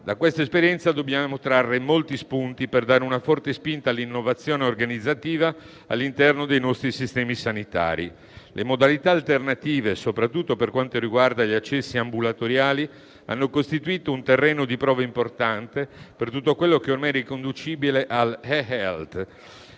Da questa esperienza dobbiamo trarre molti spunti per dare una forte spinta all'innovazione organizzativa all'interno dei nostri sistemi sanitari. Le modalità alternative, soprattutto per quanto riguarda gli accessi ambulatoriali, hanno costituito un terreno di prova importante per tutto quello che è ormai riconducibile all'*e-Healt*,